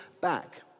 back